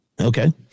Okay